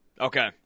Okay